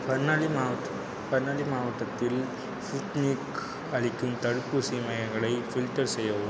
பர்னாலி மாவட்ட பர்னாலி மாவட்டத்தில் ஸ்புட்னிக் அளிக்கும் தடுப்பூசி மையங்களை ஃபில்டர் செய்யவும்